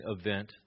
event